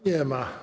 Nie ma.